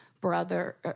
brother –